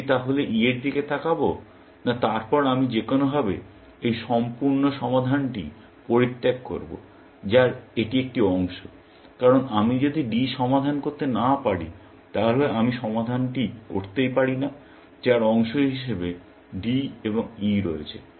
আমি কি তাহলে E এর দিকে তাকাব না তারপর আমি যেকোনভাবে এই সম্পূর্ণ সমাধানটি পরিত্যাগ করব যার এটি একটি অংশ কারণ আমি যদি D সমাধান করতে না পারি তাহলে আমি সমাধানটি করতে পারি না যার অংশ হিসাবে D এবং E রয়েছে